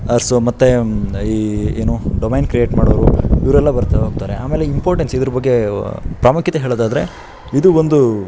ಆರಿಸು ಮತ್ತು ಈ ಏನು ಡೊಮೈನ್ ಕ್ರಿಯೇಟ್ ಮಾಡೋರು ಇವರೆಲ್ಲ ಬರ್ತಾ ಹೋಗ್ತಾರೆ ಆಮೇಲೆ ಇಂಪಾರ್ಟೆನ್ಸ್ ಇದ್ರ ಬಗ್ಗೆ ಪ್ರಾಮುಖ್ಯತೆ ಹೇಳೋದಾದ್ರೆ ಇದು ಒಂದು